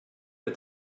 est